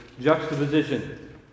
juxtaposition